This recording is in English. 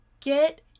Get